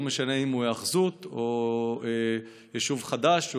ולא משנה אם הוא היאחזות או יישוב חדש או